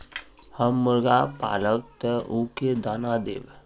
हम मुर्गा पालव तो उ के दाना देव?